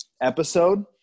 episode